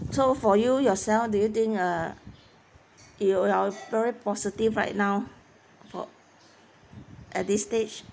so for you yourself do you think uh you are very positive right now for at this stage